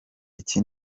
iki